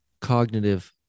cognitive